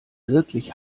wirklich